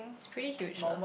spirit culture